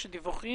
יש דיווחים?